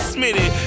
Smitty